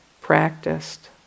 practiced